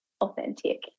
authentic